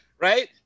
Right